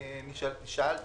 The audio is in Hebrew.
שאלת